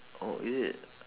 oh is it